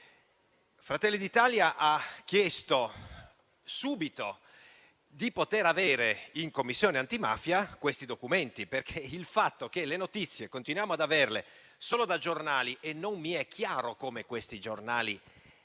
Fratelli d'Italia ha chiesto subito di poter avere in Commissione antimafia questi documenti, visto che le notizie continuiamo ad averle solo dai giornali. Peraltro, non mi è chiaro come i giornali